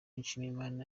nshimiyimana